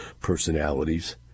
personalities